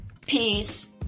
peace